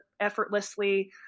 effortlessly